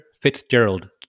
Fitzgerald